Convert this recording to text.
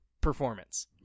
performance